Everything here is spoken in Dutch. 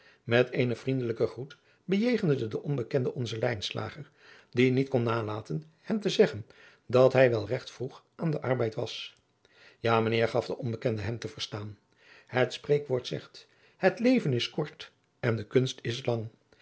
onbekende onzen lijnadriaan loosjes pzn het leven van maurits lijnslager slager die niet kon nalaten hem te zeggen dat hij wel regt vroeg aan den arbeid was ja mijn heer gaf de onbekende hem te verstaan het spreekwoord zegt het leven is kort en de kunst is lang